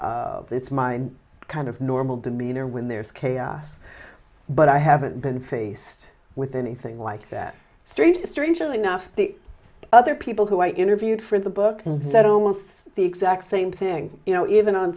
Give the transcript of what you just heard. do it's my kind of normal demeanor when there's chaos but i haven't been faced with anything like that strange strangely enough the other people who i interviewed for the book said almost the exact same thing you know even on